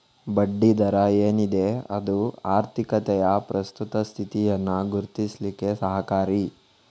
ಬಡ್ಡಿ ದರ ಏನಿದೆ ಅದು ಆರ್ಥಿಕತೆಯ ಪ್ರಸ್ತುತ ಸ್ಥಿತಿಯನ್ನ ಗುರುತಿಸ್ಲಿಕ್ಕೆ ಸಹಕಾರಿ